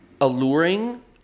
alluring